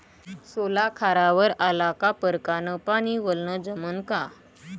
सोला खारावर आला का परकारं न पानी वलनं जमन का?